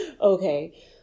Okay